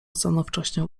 stanowczością